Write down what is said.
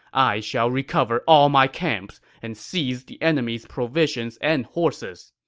i shall recover all my camps and seize the enemy's provisions and horses.